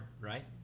right